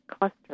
cluster